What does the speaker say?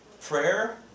Prayer